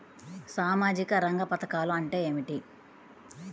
సామాజిక రంగ పధకాలు అంటే ఏమిటీ?